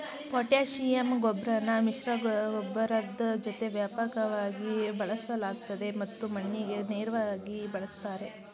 potassium ಗೊಬ್ರನ ಮಿಶ್ರಗೊಬ್ಬರದ್ ಜೊತೆ ವ್ಯಾಪಕವಾಗಿ ಬಳಸಲಾಗ್ತದೆ ಮತ್ತು ಮಣ್ಣಿಗೆ ನೇರ್ವಾಗಿ ಬಳುಸ್ತಾರೆ